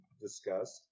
discussed